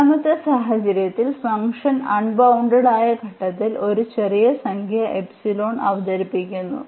രണ്ടാമത്തെ സാഹചര്യത്തിൽ function unbounded ആയ ഘട്ടത്തിൽ ഒരു ചെറിയ സംഖ്യ എപ്സിലോൺ അവതരിപ്പിക്കുന്നു